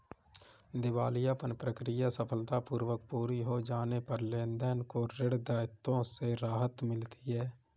दिवालियापन प्रक्रिया सफलतापूर्वक पूरी हो जाने पर देनदार को ऋण दायित्वों से राहत मिलती है